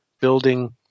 building